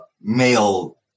male